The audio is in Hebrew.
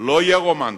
לא יהיה רומנטי.